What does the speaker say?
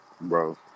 Bro